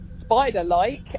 spider-like